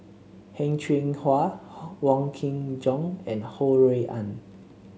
Heng Cheng Hwa Wong Kin Jong and Ho Rui An